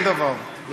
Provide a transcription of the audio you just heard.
אין דבר.